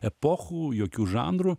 epochų jokių žanrų